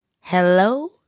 Hello